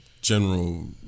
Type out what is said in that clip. General